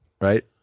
right